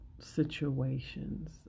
situations